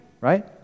right